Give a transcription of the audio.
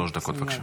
בבקשה.